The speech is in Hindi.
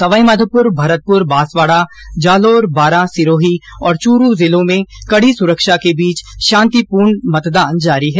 सवाईमाधोपुर भरतपुर बांसवाड़ा जालौर बारां सिरोही और चुरू जिलों में कड़ी सुरक्षा के बीच शांतिपूर्ण मतदान जारी है